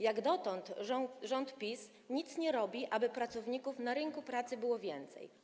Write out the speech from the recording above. Jak dotąd rząd PiS nic nie robi, aby pracowników na rynku pracy było więcej.